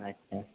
আচ্ছা